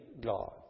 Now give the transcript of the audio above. God